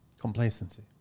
Complacency